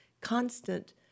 constant